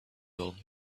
old